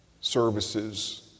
services